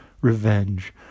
revenge